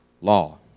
law